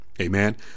amen